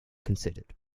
considered